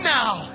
now